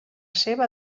seva